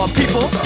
people